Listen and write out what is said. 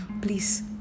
please